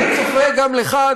אני צופה גם לך,